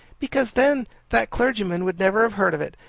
because then that clergyman would never have heard of it,